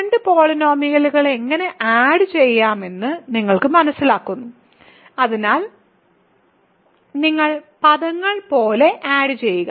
രണ്ട് പോളിനോമിയലുകൾ എങ്ങനെ ആഡ് ചെയ്യാമെന്ന് നിങ്ങൾ മനസിലാക്കുന്നു അതിനാൽ നിങ്ങൾ പദങ്ങൾ പോലെ ആഡ് ചെയ്യുക